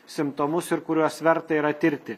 simptomus ir kuriuos verta yra tirti